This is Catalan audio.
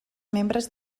membres